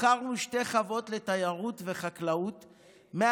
מכרנו שתי חוות לחקלאות ותיירות,